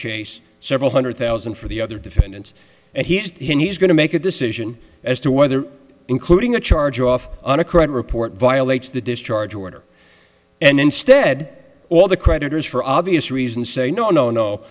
chase several hundred thousand for the other defendants and he's going to make a decision as to whether including a charge off on a credit report violates the discharge order and instead all the creditors for obvious reasons say no no no